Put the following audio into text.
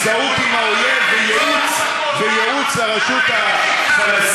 הזדהות עם האויב וייעוץ לרשות הפלסטינית,